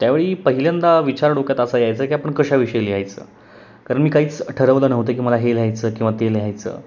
त्यावेळी पहिल्यांदा विचार डोक्यात असा यायचा की आपण कशाविषयी लिहायचं कारण मी काहीच ठरवलं नव्हतं की मला हे लिहायचं किंवा ते लिहायचं